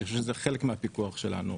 אני חושב שזה חלק מהפיקוח שלנו,